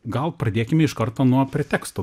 gal pradėkime iš karto nuo preteksto